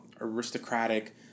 aristocratic